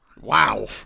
Wow